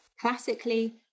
classically